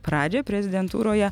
pradžią prezidentūroje